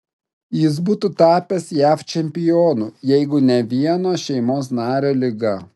jis būtų tapęs jav čempionu jeigu ne vieno šeimos nario liga